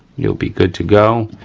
you'll be good to go.